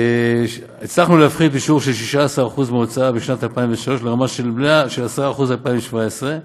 הצלחנו להפחיתם משיעור של 16% מההוצאה בשנת 2003 ל-10% בשנת 2017,